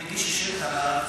בסדר, הם הגישו שאילתה לשר,